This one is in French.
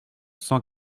cent